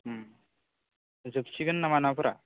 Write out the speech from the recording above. जोबसिगोन नामा नाफोरा